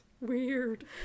weird